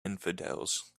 infidels